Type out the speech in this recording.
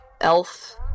elf